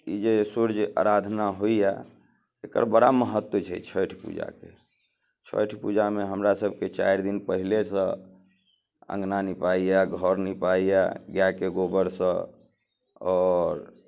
ई जे सूर्य अराधना होइए एकर बड़ा महत्व छै छठि पूजाके छठि पूजामे हमरा सबके चारि दिन पहिलेसँ अङ्गना नीपाइए घर नीपैये गायके गोबरसँ आओर